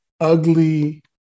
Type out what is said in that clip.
ugly